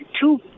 two